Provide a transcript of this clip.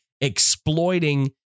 exploiting